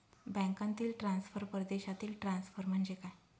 बँकांतील ट्रान्सफर, परदेशातील ट्रान्सफर म्हणजे काय?